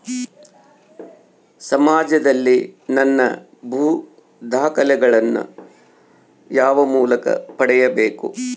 ಸಮಾಜದಲ್ಲಿ ನನ್ನ ಭೂ ದಾಖಲೆಗಳನ್ನು ಯಾವ ಮೂಲಕ ಪಡೆಯಬೇಕು?